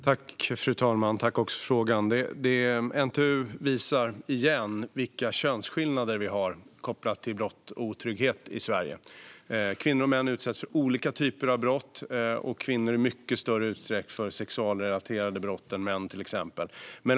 Fru talman! Jag tackar för frågan. NTU visar - igen - vilka könsskillnader vi har när det gäller brott och otrygghet i Sverige. Kvinnor och män utsätts för olika typer av brott - kvinnor utsätts till exempel i mycket större utsträckning än män för sexualrelaterade brott.